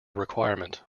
requirement